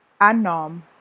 anom